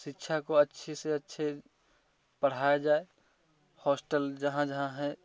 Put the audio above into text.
शिक्षा को अच्छे से अच्छे पढ़ाया जाए हॉस्टल जहाँ जहाँ है